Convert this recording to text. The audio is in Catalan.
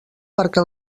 perquè